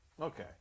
okay